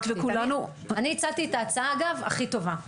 אגב, אני הצעתי את ההצעה הכי טובה.